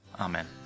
Amen